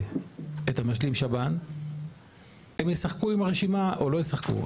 את המשלים שב"ן הם ישחקו עם הרשימה או לא ישחקו,